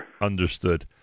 Understood